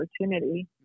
opportunity